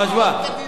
זה השוואה.